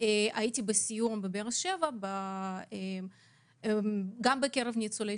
הייתי בסיור בבאר שבע ונפגשתי עם ניצולי